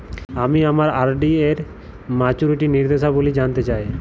আমি আমার আর.ডি এর মাচুরিটি নির্দেশাবলী জানতে চাই